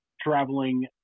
traveling